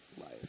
life